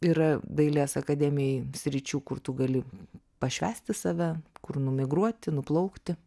yra dailės akademijai sričių kur tu gali pašvęsti save kur numigruoti nuplaukti